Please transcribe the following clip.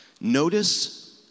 Notice